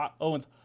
Owen's